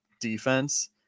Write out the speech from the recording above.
defense